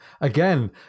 Again